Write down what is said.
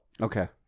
Okay